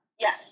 Yes